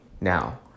now